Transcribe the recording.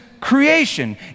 creation